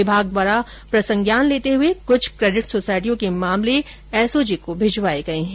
विभाग द्वारा प्रसंज्ञान लेते हुए कुछ क्रेडिट सोसायटियों के मामले एसओजी भिजवाएं गए है